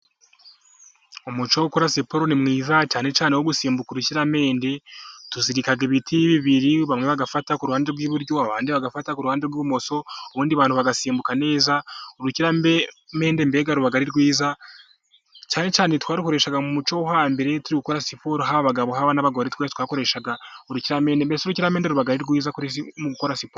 Umuco wo gukora siporo ni mwiza cyane cyane wo gusimbuka, urukiramende tuzirika ibiti bibiri bamwe bagafata ku ruhande rw' iburyo, abandi bagafata uruhande rw' ibumoso ubundi abantu bagasimbuka neza urukiramende mbega rubari rwiza twarukoreshaga mu muco wo hambere turi gukora siporo, haba abagabo, haba n' abagore twakoreshaga urukiruramende ni rwiza mu gukora siporo.